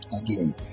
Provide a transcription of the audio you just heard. again